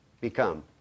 become